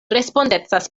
respondecas